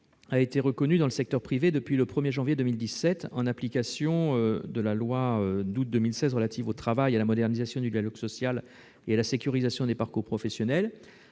est reconnu dans le secteur privé depuis le 1 janvier 2017, en application de la loi du 8 août 2016 relative au travail, à la modernisation du dialogue social et à la sécurisation des parcours professionnels.